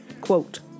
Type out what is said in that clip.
Quote